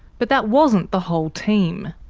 but that wasn't the whole team.